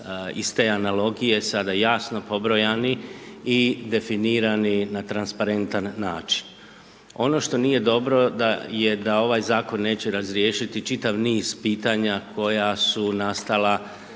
iz te analogije sada jasno pobrojani i definirani na transparentan način. Ono što nije dobro da, je da ovaj zakon neće razriješiti čitav niz pitanja koja su nastala